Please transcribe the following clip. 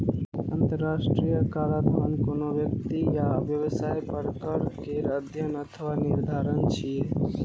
अंतरराष्ट्रीय कराधान कोनो व्यक्ति या व्यवसाय पर कर केर अध्ययन अथवा निर्धारण छियै